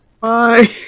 bye